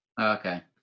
okay